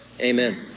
amen